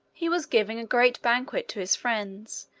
he was giving a great banquet to his friends,